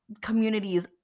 communities